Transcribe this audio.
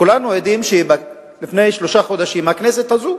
כולנו עדים שלפני שלושה חודשים הכנסת הזאת